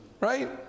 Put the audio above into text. right